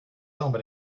samba